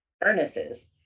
furnaces